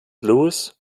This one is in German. lewis